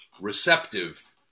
receptive